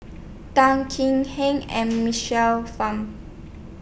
Tan Kek Hiang and Michael Fam